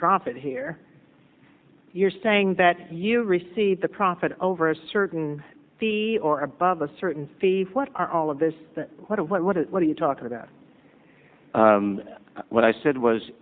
profit here you're saying that you receive the profit over a certain the or above a certain fee what are all of this what what it what are you talking about what i said was